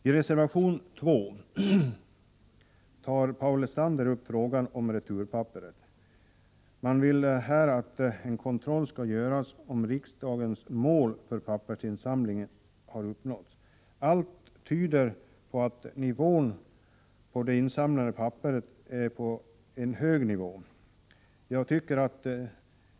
I reservation 2 tar Paul Lestander upp frågan om returpapperet. Han vill att det skall göras en kontroll av om riksdagens mål för pappersinsamling har uppnåtts. Allt tyder på att nivån på det insamlade papperet är hög.